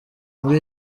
muri